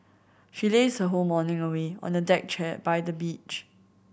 she lazed her whole morning away on a deck chair by the beach